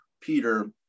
Peter